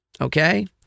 okay